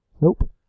Nope